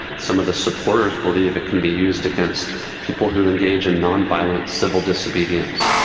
some of the supporters believe it can be used against people who engage in non-violent civil disobedience.